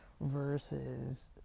versus